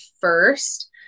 first